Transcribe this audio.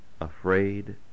afraid